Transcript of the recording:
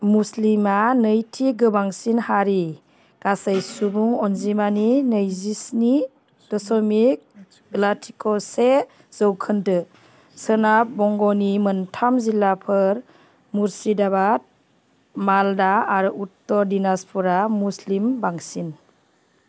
मुस्लिमा नैथि गोबांसिन हारि गासै सुबुं अनजिमानि नैजिस्नि दसमिख लाथिख' से जौखोन्दो सोनाब बंग'नि मोनथाम जिल्लाफोर मुर्शिदाबाद मालदा आरो उत्तर दिनाजपुरा मुस्लिम बांसिन